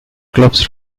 clubs